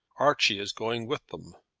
archie is going with them.